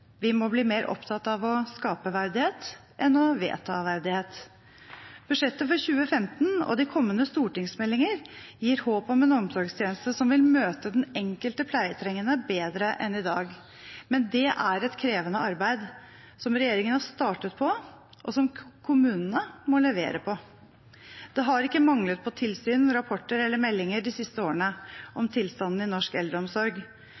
Vi må bli mer opptatt av å skape verdighet enn av å vedta verdighet. Budsjettet for 2015 og de kommende stortingsmeldingene gir håp om en omsorgstjeneste som vil møte den enkelte pleietrengende bedre enn i dag. Men det er et krevende arbeid regjeringen har startet på, og som kommunene må levere på. Det har ikke manglet på tilsyn, rapporter eller meldinger de siste årene om tilstanden i norsk eldreomsorg.